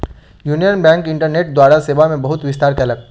union Bank internet द्वारा सेवा मे बहुत विस्तार कयलक